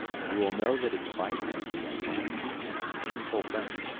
you will know that its bite can be a nasty and a painful thing.